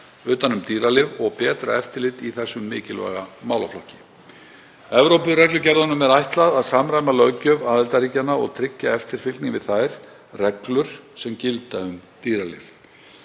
utan um dýralyf og betra eftirlit í þessum mikilvæga málaflokki. Evrópureglugerðunum er ætlað að samræma löggjöf aðildarríkjanna og tryggja eftirfylgni við þær reglur sem gilda um dýralyf.